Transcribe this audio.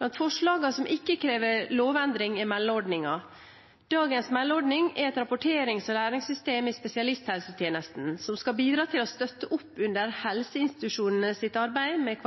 Blant forslagene som ikke krever lovendring, er meldeordningen. Dagens meldeordning er et rapporterings- og læringssystem i spesialisthelsetjenesten, som skal bidra til å støtte opp under helseinstitusjonenes arbeid med